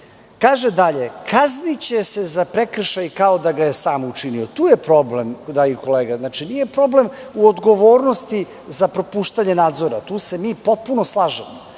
kaže dalje – kazniće se za prekršaj kao da ga je sam učinio. Tu je problem, dragi kolega, znači nije problem u odgovornosti za propuštanje nadzora, tu se mi potpuno slažemo,